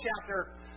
chapter